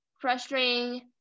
frustrating